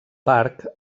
parc